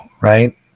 right